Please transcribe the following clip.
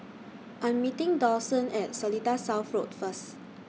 I'm meeting Dawson At Seletar South Road First